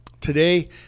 Today